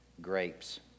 grapes